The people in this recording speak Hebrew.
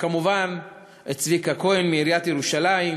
וכמובן את צביקה כהן מעיריית ירושלים,